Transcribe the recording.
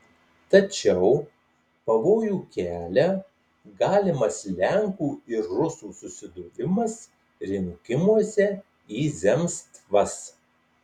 tačiau pavojų kelia galimas lenkų ir rusų susidūrimas rinkimuose į zemstvas